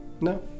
No